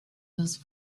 those